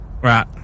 Right